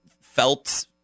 felt